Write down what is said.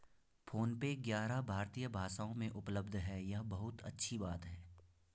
phone पे ग्यारह भारतीय भाषाओं में उपलब्ध है यह बहुत अच्छी बात है